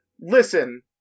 Listen